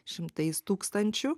šimtais tūkstančių